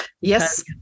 yes